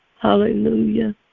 Hallelujah